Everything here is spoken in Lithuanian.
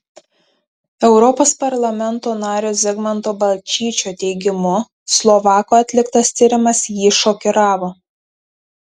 europos parlamento nario zigmanto balčyčio teigimu slovakų atliktas tyrimas jį šokiravo